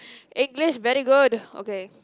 English very good okay